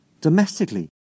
Domestically